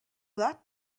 that